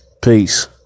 peace